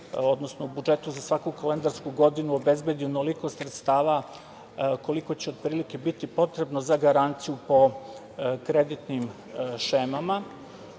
odnosno u budžetu za svaku kalendarsku godinu obezbedi onoliko sredstava koliko će otprilike biti potrebno za garanciju po kreditnim šemama